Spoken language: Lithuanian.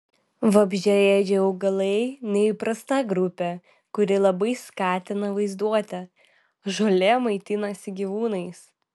vabzdžiaėdžiai augalai neįprasta grupė kuri labai skatina vaizduotę žolė maitinasi gyvūnais